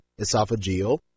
esophageal